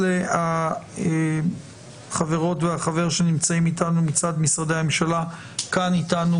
אלה החברות והחבר שנמצאים איתנו מצד משרדי הממשלה כאן איתנו